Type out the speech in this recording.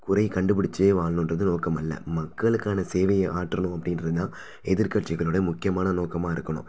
குறைக் கண்டுபிடிச்சே வாழணுன்றது நோக்கமல்ல மக்களுக்கான சேவையை ஆற்றணும் அப்படின்றது தான் எதிர்க்கட்சிகளோடய முக்கியமான நோக்கமாக இருக்கணும்